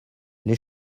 les